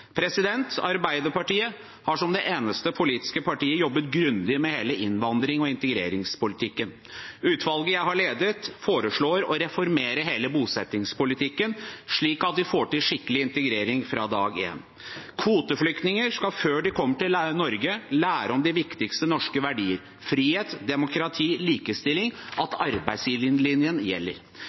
Arbeiderpartiet har som det eneste politiske partiet jobbet grundig med hele innvandrings- og integreringspolitikken. Utvalget jeg har ledet, foreslår å reformere hele bosettingspolitikken, slik at vi får til skikkelig integrering fra dag én. Kvoteflyktninger skal, før de kommer til Norge, lære om de viktigste norske verdiene, frihet, demokrati, likestilling, og at arbeidslinjen gjelder.